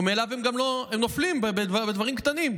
וממילא הם נופלים בדברים קטנים.